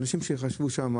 אנשים שחשבו להיות שם,